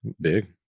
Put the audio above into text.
Big